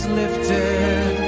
lifted